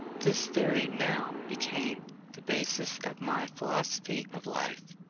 this theory now became the basis of my philosophy of life.